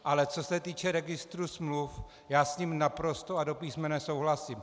Ale co se týče registru smluv, já s ním naprosto a do písmene souhlasím.